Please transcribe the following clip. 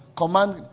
command